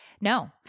no